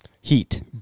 Heat